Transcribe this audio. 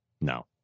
No